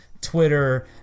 Twitter